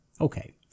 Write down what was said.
Okay